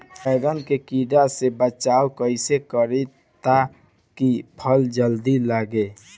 बैंगन के कीड़ा से बचाव कैसे करे ता की फल जल्दी लगे?